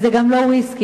וזה גם לא ויסקי.